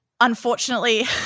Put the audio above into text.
Unfortunately